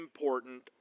important